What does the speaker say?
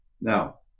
Now